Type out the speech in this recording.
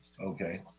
Okay